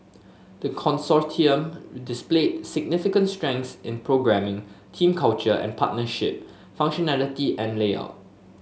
the Consortium displayed significant strengths in programming team culture and partnership functionality and layout